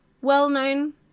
well-known